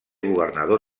governador